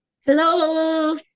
Hello